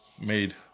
made